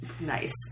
nice